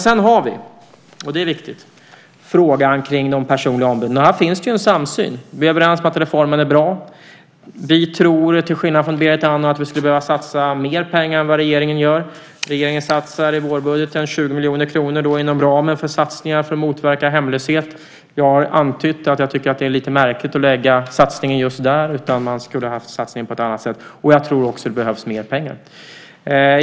Sedan har vi, och det är viktigt, frågan om de personliga ombuden. Där finns en samsyn. Vi är överens om att reformen är bra. Jag tror, till skillnad från Berit Andnor, att vi skulle behöva satsa mer pengar än vad regeringen gör. Regeringen satsar i vårbudgeten 20 miljoner kronor inom ramen för satsningar för att motverka hemlöshet. Jag har antytt att jag tycker att det är lite märkligt att lägga satsningen just där. Man skulle ha gjort satsningen på ett annat sätt. Jag tror också att det behövs mer pengar.